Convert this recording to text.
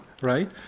right